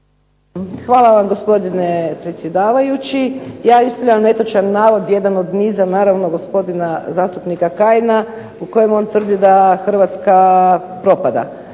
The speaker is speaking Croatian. Hvala vam gospodine predsjedavajući. Ja ispravljam netočan navod, jedan od niza naravno, gospodina zastupnika Kajina, u kojem on tvrdi da Hrvatska propada.